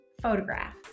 photograph